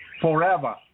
Forever